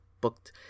booked